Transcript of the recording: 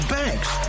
banks